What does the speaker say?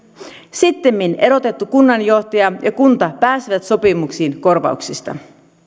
sittemmin erotettu kunnanjohtaja ja kunta pääsivät sopimuksiin korvauksista